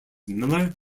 miller